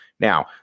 Now